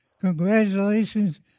Congratulations